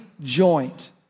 joint